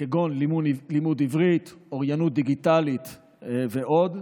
כגון לימוד עברית, אוריינות דיגיטלית ועוד,